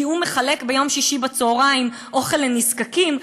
כי הוא מחלק ביום שישי בצהריים אוכל לנזקקים,